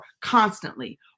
constantly